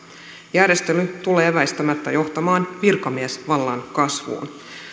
järjestely tulee väistämättä johtamaan virkamiesvallan kasvuun